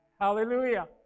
Hallelujah